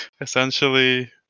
Essentially